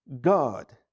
God